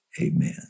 Amen